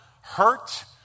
hurt